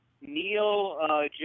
Neil